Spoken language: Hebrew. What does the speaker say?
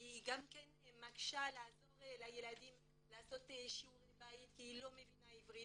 היא גם מתקשה לעזור לילדים לעשות שיעורי בית כי היא לא מבינה עברית.